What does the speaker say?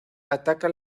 ataca